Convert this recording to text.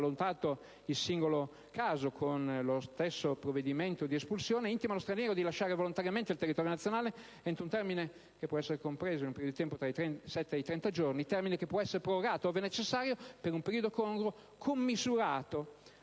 termine che può essere prorogato, ove necessario, per un periodo congruo, commisurato